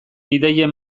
ideien